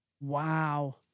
Wow